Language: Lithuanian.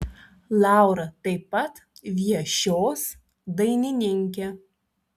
laura taip pat viešios dainininkė